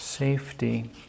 Safety